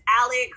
Alex